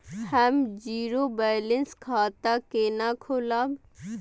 हम zero balance खाता केना खोलाब?